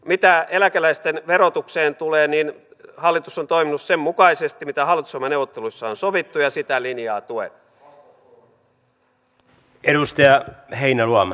mitä eläkeläisten verotukseen tulee niin hallitus on toiminut sen mukaisesti mitä hallitusohjelmaneuvotteluissa on sovittu ja sitä linjaa tuen